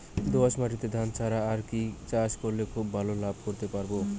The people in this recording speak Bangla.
দোয়াস মাটিতে ধান ছাড়া আর কি চাষ করলে খুব ভাল লাভ করতে পারব?